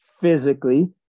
physically